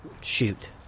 shoot